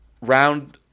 round